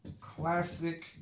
Classic